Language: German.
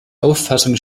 auffassung